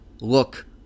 look